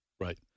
Right